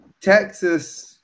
Texas